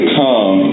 come